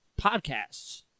podcasts